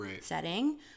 setting